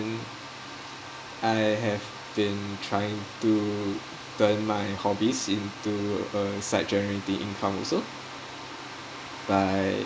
then I have been trying to turn my hobbies into a side generating income also by